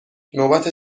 نوبت